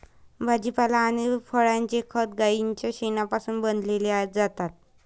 भाजीपाला आणि फळांचे खत गाईच्या शेणापासून बनविलेले जातात